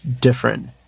different